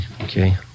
Okay